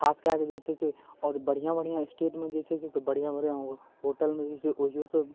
खासकऽ कऽ जे छै से आओर बढ़िआँ बढ़िआँ स्टेटमे जे छै से बढ़िआँ बढ़िआँ होटलमे जे छै ओहिओसब